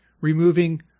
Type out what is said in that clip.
removing